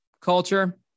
culture